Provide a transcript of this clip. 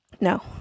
No